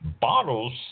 Bottles